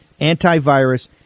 antivirus